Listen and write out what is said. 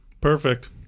Perfect